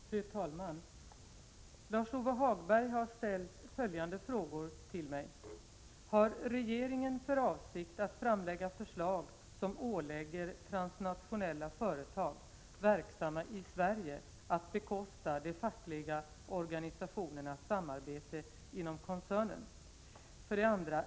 S R ar ESS! Fru talman! Lars-Ove Hagberg har ställt följande frågor till mig: nella företag 1. Harregeringen för avsikt att framlägga förslag som ålägger transnationella företag, verksamma i Sverige, att bekosta de fackliga organisationernas samarbete inom koncernen? 2.